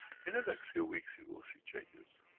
in the next few weeks you will see changes,